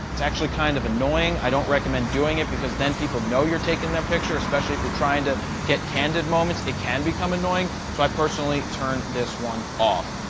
it's actually kind of annoying. i don't recommend doing it because then people know you're taking their picture, especially if you're trying to get candid moments, it can become annoying. so i personally turn this one off.